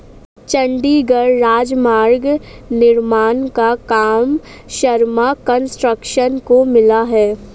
चंडीगढ़ राजमार्ग निर्माण का काम शर्मा कंस्ट्रक्शंस को मिला है